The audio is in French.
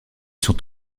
sont